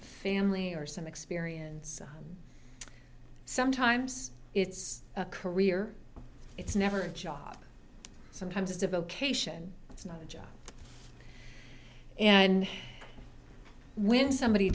family or some experience sometimes it's a career it's never a job sometimes it's a vocation it's not a job and when somebody